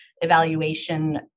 evaluation